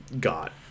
got